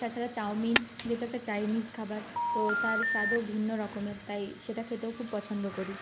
তাছাড়া চাউমিন যেটা একটা চাইনিজ খাবার তো তার স্বাদও ভিন্ন রকমের তাই সেটা খেতেও খুব পছন্দ করি